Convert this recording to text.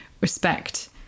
respect